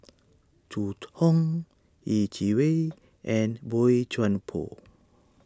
Zhu Hong Yeh Chi Wei and Boey Chuan Poh